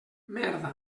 merda